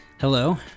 Hello